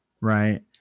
right